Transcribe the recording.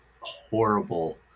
horrible